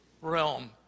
realm